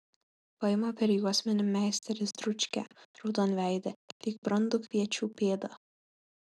paima per juosmenį meisteris dručkę raudonveidę lyg brandų kviečių pėdą